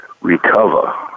recover